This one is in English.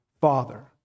father